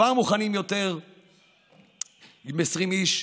כבר הם מונים יותר מ-20 איש,